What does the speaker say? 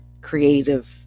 creative